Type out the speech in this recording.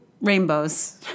rainbows